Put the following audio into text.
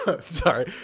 Sorry